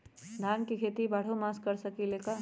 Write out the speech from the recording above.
धान के खेती बारहों मास कर सकीले का?